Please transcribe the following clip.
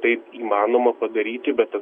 taip įmanoma padaryti bet